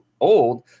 old